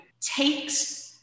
takes